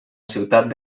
ciutat